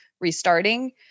restarting